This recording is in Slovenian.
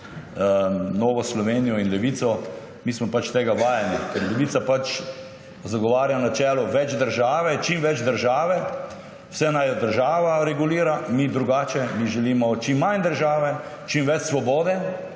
Novo Slovenijo in Levico, mi smo pač tega vajeni. Ker Levica pač zagovarja načelo več države, čim več države, vse naj država regulira, mi drugače, mi želimo čim manj države, čim več svobode,